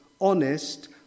honest